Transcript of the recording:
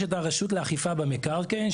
ויש את הרשות לאכיפה במקרקעין,